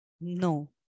No